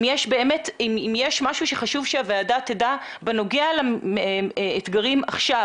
אם יש באמת משהו שחשוב שהוועדה תדע בנוגע לאתגרים עכשיו